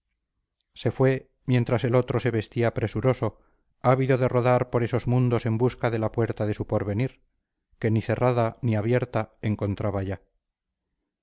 se fue mientras el otro se vestía presuroso ávido de rodar por esos mundos en busca de la puerta de su porvenir que ni cerrada ni abierta encontraba ya